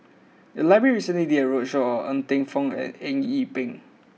the library recently did a roadshow on Ng Teng Fong and Eng Yee Peng